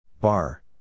Bar